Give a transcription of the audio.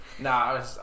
Nah